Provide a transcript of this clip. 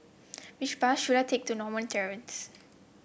which bus should I take to Norma Terrace